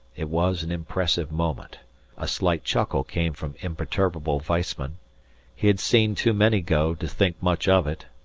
it was an impressive moment a slight chuckle came from imperturbable weissman he had seen too many go to think much of it,